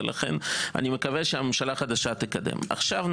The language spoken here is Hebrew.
ואני מקווה שהממשלה החדשה תקדם את זה.